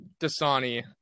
Dasani